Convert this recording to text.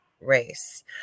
race